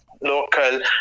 local